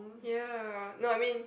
ya no I mean